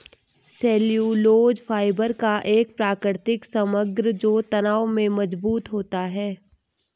cellulose fibre का एक प्राकृतिक समग्र जो तनाव में मजबूत होता है